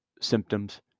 symptoms